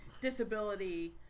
disability